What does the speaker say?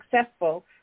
successful